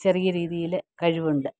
ചെറിയ രീതിയിൽ കഴിവുണ്ട്